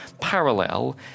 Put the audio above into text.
parallel